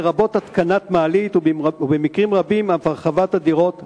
לרבות התקנת מעלית ובמקרים רבים אף הרחבת הדירות הקיימות.